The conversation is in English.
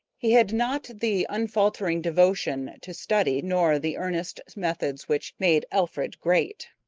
he had not the unfaltering devotion to study nor the earnest methods which made alfred great.